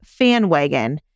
FanWagon